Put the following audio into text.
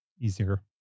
easier